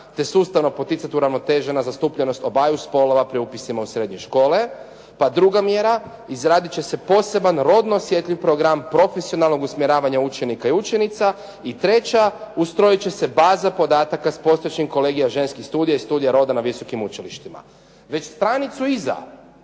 te sustavno poticati uravnotežena zastupljenost obaju spolova pri upisima u srednje škole, pa druga mjera izraditi će se poseban rodno osjetljiv program profesionalnog usmjeravanja učenika i učenica i treća, ustrojiti će se baza podataka s postojećim kolegijima ženskih studija i studija roda na visokim učilištima. Već stranicu iza